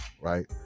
right